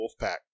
Wolfpack